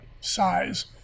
size